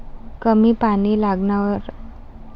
कमी पानी लागनारं पिक कोनचं?